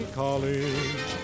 college